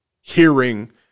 hearing